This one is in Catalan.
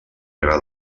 gra